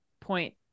point